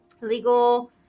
legal